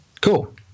Cool